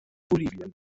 bolivien